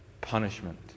punishment